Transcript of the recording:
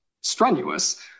strenuous